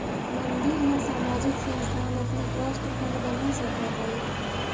मंदिर या सामाजिक संस्थान अपना ट्रस्ट फंड बना सकऽ हई